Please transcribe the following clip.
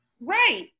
Right